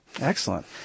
Excellent